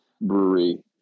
brewery